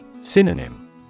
Synonym